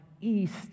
east